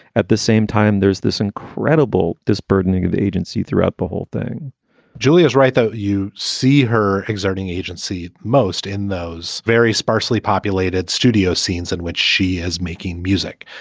at the same time, there's this incredible dis burdening the agency throughout the whole thing julia's right. you see her exerting agency most in those very sparsely populated studio scenes in which she has making music.